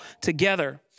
together